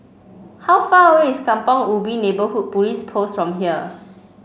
how far away is Kampong Ubi Neighbourhood Police Post from here